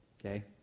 okay